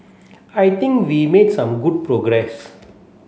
I think we made some good progress